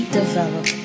develop